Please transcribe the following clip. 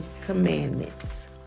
commandments